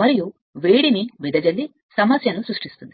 మరియు వేడి డిస్సిపేట్ సమస్యను సృష్టిస్తుంది